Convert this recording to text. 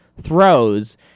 throws